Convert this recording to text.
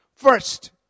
First